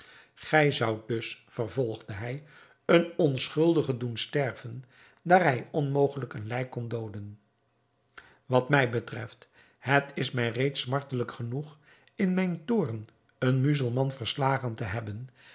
gij zoudt dus vervolgde hij een onschuldige doen sterven daar hij onmogelijk een lijk kon dooden wat mij betreft het is mij reeds smartelijk genoeg in mijn toorn een muzelman verslagen te hebben